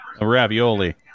ravioli